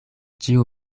ĉiu